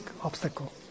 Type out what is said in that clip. obstacle